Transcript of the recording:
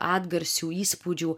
atgarsių įspūdžių